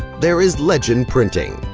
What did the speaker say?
there is legend printing.